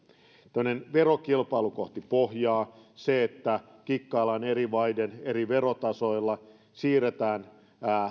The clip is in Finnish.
tällainen verokilpailu kohti pohjaa se että kikkaillaan eri maiden eri verotasoilla siirretään